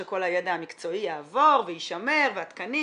שכל הידע המקצועי יעבור וישמר והתקנים